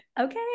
Okay